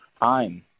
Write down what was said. time